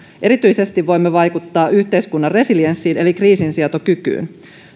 erityisesti voimme vaikuttaa yhteiskunnan resilienssiin eli kriisinsietokykyyn